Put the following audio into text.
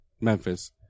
Memphis